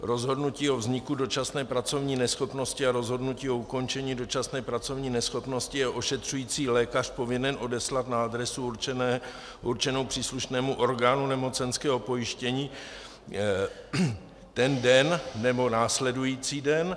Rozhodnutí o vzniku dočasné pracovní neschopnosti a rozhodnutí o ukončení dočasné pracovní neschopnosti je ošetřující lékař povinen odeslat na adresu určenou příslušnému orgánu nemocenského pojištění ten den nebo následující den.